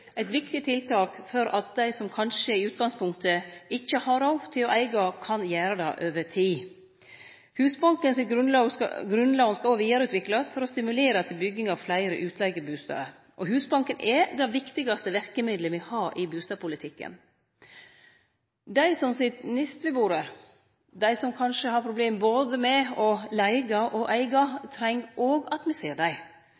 eit viktig tiltak for at dei som kanskje i utgangspunktet ikkje har råd til å eige, kan gjere det over tid. Husbanken sitt grunnlån skal òg vidareutviklast for å stimulere til bygging av fleire utleigebustader. Husbanken er det viktigaste verkemiddelet me har i bustadpolitikken. Dei som sit nedst ved bordet, dei som kanskje har problem med både å leige og